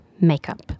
makeup